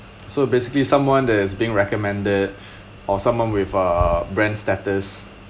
so basically someone that is being recommended or someone with uh brand status